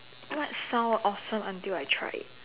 what sound awesome until I try it